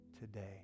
today